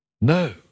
No